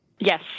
Yes